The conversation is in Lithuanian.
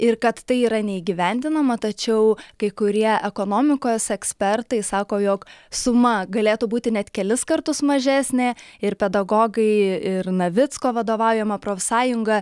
ir kad tai yra neįgyvendinama tačiau kai kurie ekonomikos ekspertai sako jog suma galėtų būti net kelis kartus mažesnė ir pedagogai ir navicko vadovaujama profsąjunga